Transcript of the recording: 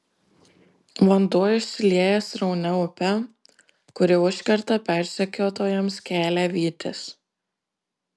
vanduo išsilieja sraunia upe kuri užkerta persekiotojams kelią vytis